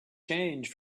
change